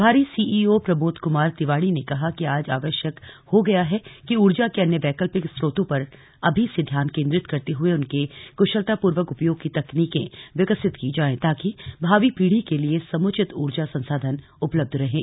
प्रभारी सीईओ प्रमोद कुमार तिवाड़ी ने कहा कि आज आवश्यक हो गया है कि ऊर्जा के अन्य वैकल्पिक स्रोतों पर अभी से ध्यान केंद्रित करते हुए उनके कुशलतापूर्वक उपयोग की तकनीकें विकसित की जाए ताकि भावी पीढ़ी के लिए समुचित ऊर्जा संसाधन उपलब्ध रहें